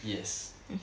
yes